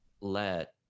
let